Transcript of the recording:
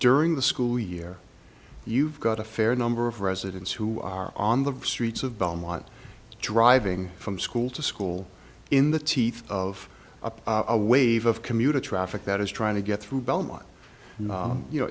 during the school year you've got a fair number of residents who are on the streets of belmont driving from school to school in the teeth of a wave of commuter traffic that is trying to get through belmont and you know